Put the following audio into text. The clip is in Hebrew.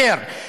ריכזתם את זה.